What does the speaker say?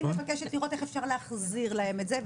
אני מבקשת לראות איך אפשר להחזיר להם את זה.